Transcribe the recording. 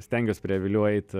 stengiuos prie avilių eit